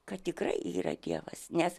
kad tikrai yra dievas nes